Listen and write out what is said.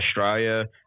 Australia